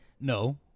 no